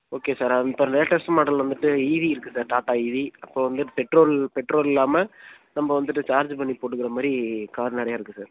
okay sir அது இப்போ latest model வந்துட்டு ஈவி இருக்குது சார் டாடா ஈவி அப்புறம் வந்து பெட்ரோல் பெட்ரோல் இல்லாமல் நம்ம வந்துட்டு சார்ஜு பண்ணி போட்டுக்கிற மாதிரி கார் நிறையா இருக்குது சார்